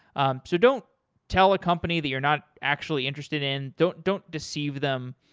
um so don't tell a company that you're not actually interested in. don't don't deceive them.